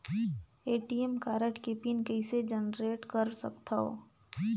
ATM card के pin कइसे generate कर सकथव?